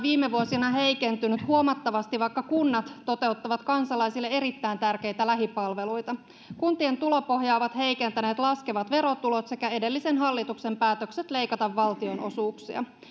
viime vuosina heikentynyt huomattavasti vaikka kunnat toteuttavat kansalaisille erittäin tärkeitä lähipalveluita kuntien tulopohjaa ovat heikentäneet laskevat verotulot sekä edellisen hallituksen päätökset leikata valtionosuuksia